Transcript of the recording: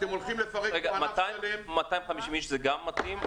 250 איש זה גם מתאים?